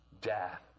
death